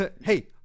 Hey